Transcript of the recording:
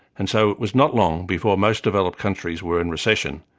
and so it was not long before most developed countries were in recession,